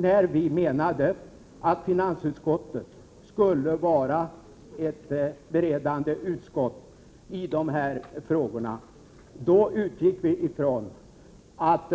När vi sade att finansutskottet skall vara ett beredande utskott i de här frågorna, utgick vi från att